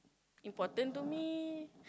important to me